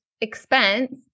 expense